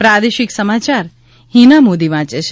પ્રાદેશિક સમાચાર હિના મોદી વાંચે છે